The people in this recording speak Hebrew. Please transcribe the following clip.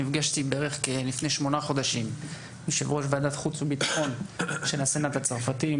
נפגשתי לפני שמונה חודשים עם יו״ר ועדת חוץ וביטחון של הסנאט הצרפתי,